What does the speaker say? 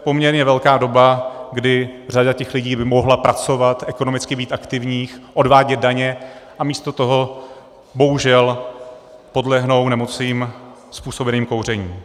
To je poměrně velká doba, kdy by řada lidí mohla pracovat, ekonomicky být aktivních, odvádět daně, a místo toho bohužel podlehnou nemocím způsobeným kouřením.